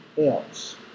else